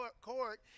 court